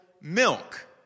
milk